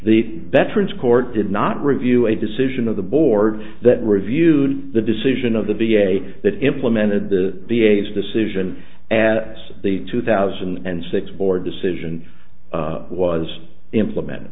the veterans court did not review a decision of the board that reviewed the decision of the v a that implemented the v a s decision at the two thousand and six board decision was implemented